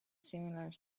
similar